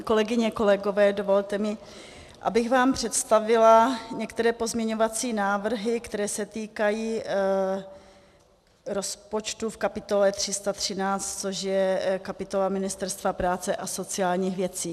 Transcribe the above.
Kolegyně, kolegové, dovolte mi, abych vám představila některé pozměňovací návrhy, které se týkají rozpočtu v kapitole 313, což je kapitola Ministerstva práce a sociálních věcí.